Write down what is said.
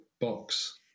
box